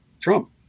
Trump